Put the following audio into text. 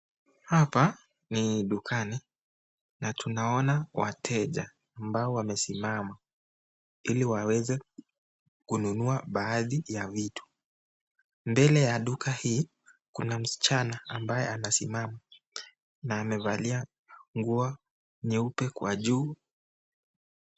Hapa ni dukani na tunaona wateja ambao wamesimama ili waweze kununua baadhi ya vitu, Mbele ya duka hii kuna msichana ambaye anasimama na anevalia nguo nyeupe kwa juu.